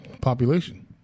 Population